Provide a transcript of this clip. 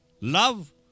love